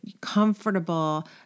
comfortable